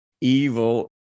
evil